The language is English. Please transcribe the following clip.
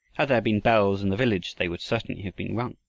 had there been bells in the village they would certainly have been rung.